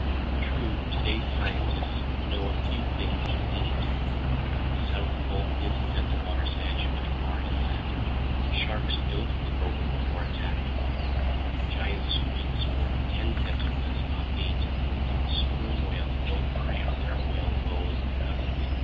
true, today's scientists know a few things he didn't the south pole isn't at the water's edge but far inland sharks don't flip over before attacking giant squid sport ten tentacles not eight sperm whales don't prey on their whalebone cousins.